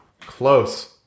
close